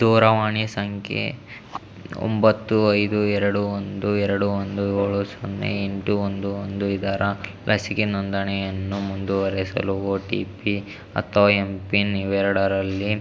ದೂರವಾಣಿ ಸಂಖ್ಯೆ ಒಂಬತ್ತು ಐದು ಎರಡು ಒಂದು ಎರಡು ಒಂದು ಏಳು ಸೊನ್ನೆ ಎಂಟು ಒಂದು ಒಂದು ಇದರ ಲಸಿಕೆ ನೋಂದಣಿಯನ್ನು ಮುಂದುವರಿಸಲು ಒ ಟಿ ಪಿ ಅಥವಾ ಎಂ ಪಿನ್ ಇವೆರಡರಲ್ಲಿ